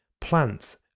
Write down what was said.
plants